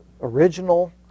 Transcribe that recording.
original